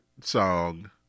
song